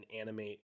animate